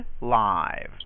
live